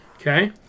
Okay